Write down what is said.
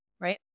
Right